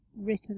written